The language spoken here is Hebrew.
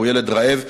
הוא ילד רעב,